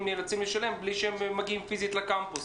נאלצים לשלם בלי שהם מגיעים פיזית לקמפוס,